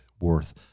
worth